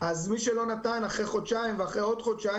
אז מי שלא נתן אחרי חודשיים ואחרי עוד חודשיים,